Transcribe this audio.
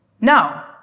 No